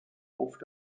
oft